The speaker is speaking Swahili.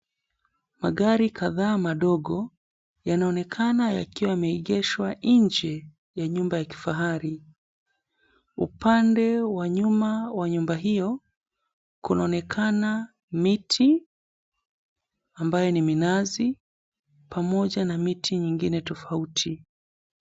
Magari kadhaa madogo yanaonekana yakiwa yameegeshwa nje ya nyumba ya kifahari, upande wa nyuma wa nyumba hiyo kunaonekana miti ambayo ni minazi pamoja na miti nyingine tofauti.